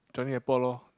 Changi Airport lor